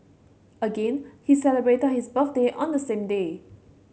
again he celebrated his birthday on the same day